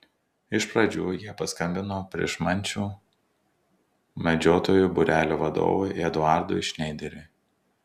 iš pradžių jie paskambino pryšmančių medžiotojų būrelio vadovui eduardui šneideriui